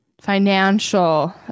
financial